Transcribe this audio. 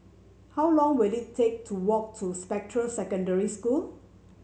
how long will it take to walk to Spectra Secondary School